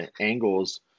angles